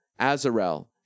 Azarel